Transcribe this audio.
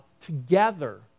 together